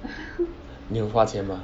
你有花钱 mah